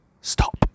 Stop